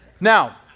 Now